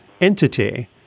entity